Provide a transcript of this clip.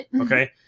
Okay